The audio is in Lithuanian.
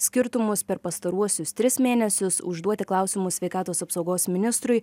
skirtumus per pastaruosius tris mėnesius užduoti klausimus sveikatos apsaugos ministrui